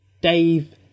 Dave